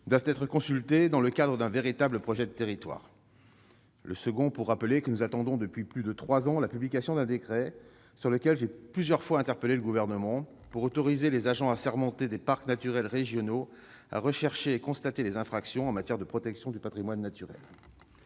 -doivent être consultées dans le cadre d'un véritable projet de territoire. Le second a pour objet de rappeler que nous attendons depuis plus de trois ans la publication d'un décret, sur lequel j'ai interpellé, plusieurs fois, le Gouvernement, autorisant les agents assermentés des parcs naturels régionaux à rechercher et à constater les infractions en matière de protection du patrimoine naturel.